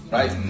Right